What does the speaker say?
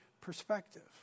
perspective